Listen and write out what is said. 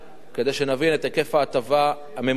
כדי שנבין את היקף ההטבה הממוצע,